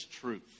truth